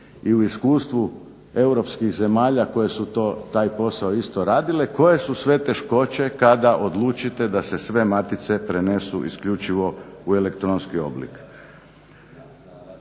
i u iskustvu europskih zemalja koje su taj posao isto radile, koje su sve teškoće kada odlučite da se sve matice prenesu isključivo u elektronski oblik.